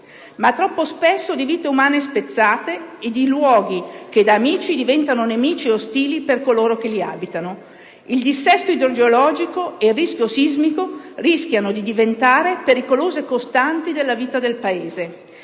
ma troppo spesso di vite umane spezzate e di luoghi che da amici diventano nemici e ostili per coloro che li abitano. Il dissesto idrogeologico e il rischio sismico rischiano di diventare pericolose costanti della vita del Paese.